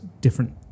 different